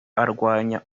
arwanya